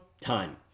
time